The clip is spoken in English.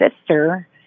sister